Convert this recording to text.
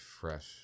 fresh